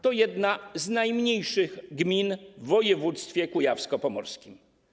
To jedna z najmniejszych gmin w województwie kujawsko-pomorskim.